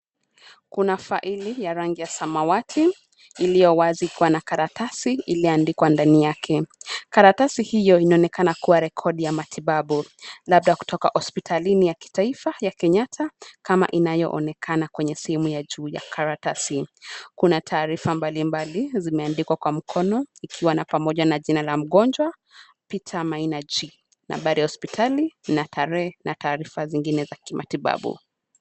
Kuna faili ya rangi ya samawati, iliyo wazi kwa na karatasi iliyoandikwa ndani yake. Karatasi hiyo inaonekana kuwa rekodi ya matibabu, labda kutoka hospitalini ya kitaifa ya Kenyatta kama inayoonekana kwenye sehemu ya juu ya karatasi. Kuna taarifa mbalimbali zimeandikwa kwa mkono, ikiwa na pamoja na jina la mgonjwa, [cs Peter Maina G , nambari ya hospitali na tarehe na taarifa zingine za kimatibabu.